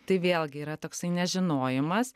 tai vėlgi yra toksai nežinojimas